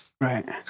Right